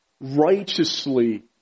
righteously